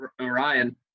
Ryan